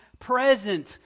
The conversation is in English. present